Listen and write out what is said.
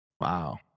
Wow